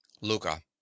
Luca